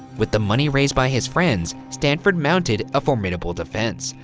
with the money raised by his friends, stanford mounted a formidable defense.